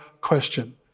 question